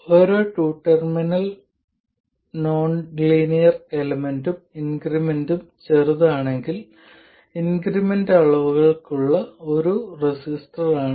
ഓരോ two terminal non linear എലമെന്റും increment ചെറുതാണെങ്കിൽ ഇൻക്രിമെന്റൽ അളവുകൾക്കുള്ള ഒരു റെസിസ്റ്ററാണ്